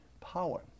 power